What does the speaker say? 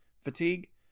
fatigue